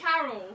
Carol